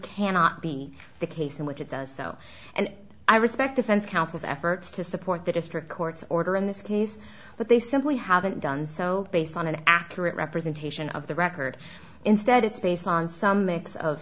cannot be the case in which it does so and i respect defense counsel's efforts to support the district court's order in this case but they simply haven't done so based on an accurate representation of the record instead it's based on some mix of